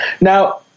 Now